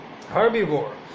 Herbivore